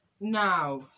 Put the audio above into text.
now